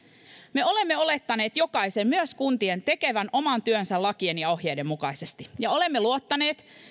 me olemme olettaneet jokaisen myös kuntien tekevän oman työnsä lakien ja ohjeiden mukaisesti ja olemme luottaneet